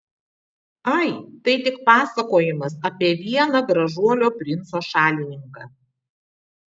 ai tai tik pasakojimas apie vieną gražuolio princo šalininką